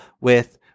with-